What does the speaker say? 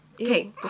okay